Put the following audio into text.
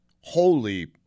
Holy